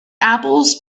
apples